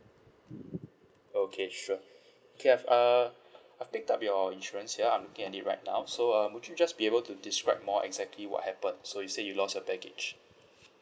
okay sure K I've uh I picked up your insurance here I'm looking at it right now so um would you just be able to describe more exactly what happen so you say you lost your baggage